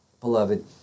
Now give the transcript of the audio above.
Beloved